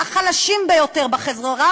החלשים ביותר בחברה,